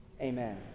Amen